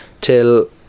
till